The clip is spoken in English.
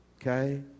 okay